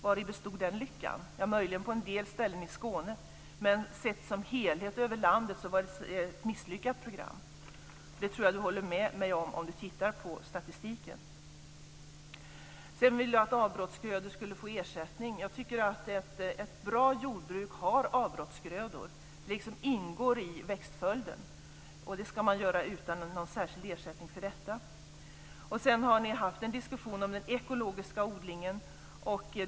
Vari bestod den lyckan? Ja, möjligen på en del ställen i Skåne, men sett som helhet över landet var det ett misslyckat program. Det tror jag att ni håller med mig om när ni tittar på statistiken. Sedan vill man ha ersättning för avbrottsgrödor. Jag tycker att ett bra jordbruk har avbrottsgrödor. Det ingår i växtföljden, och avbrottsgrödor ska man ha utan att få någon särskild ersättning för dem. Vi har haft en diskussion om den ekologiska odlingen.